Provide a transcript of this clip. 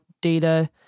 data